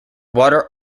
water